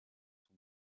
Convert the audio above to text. son